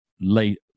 late